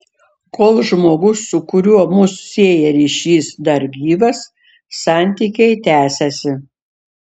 kol žmogus su kuriuo mus sieja ryšys dar gyvas santykiai tęsiasi